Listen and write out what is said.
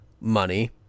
Money